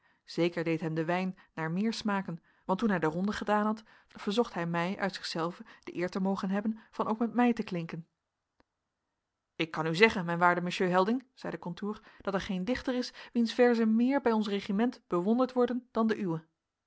zeker deed hem de wijn naar meer smaken want toen hij de ronde gedaan had verzocht hij mij uit zichzelven de eer te mogen hebben van ook met mij te klinken ik kan u zeggen mijn waarde monsieur helding zeide contour dat er geen dichter is wiens verzen meer bij ons regiment bewonderd worden dan de